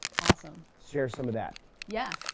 awesome. share some of that. yeah!